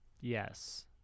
Yes